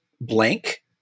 blank